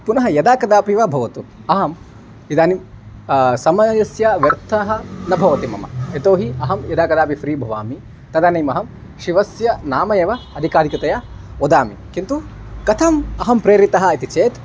पुनः यदा कदापि व भवतु आम् इदानीं समयस्य व्यर्थः न भवति मम यतो हि अहं यदा कदापि फ़्री भवामि तदानीम् अहं शिवस्य नाम एव अधिकाधिकतया वदामि किन्तु कथम् अहं प्रेरितः इति चेत्